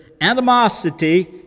animosity